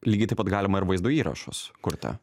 lygiai taip pat galima ir vaizdo įrašus kurti